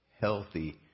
healthy